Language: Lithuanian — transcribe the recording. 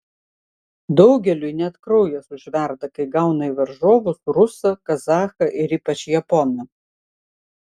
daugeliui net kraujas užverda kai gauna į varžovus rusą kazachą ir ypač japoną